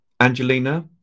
angelina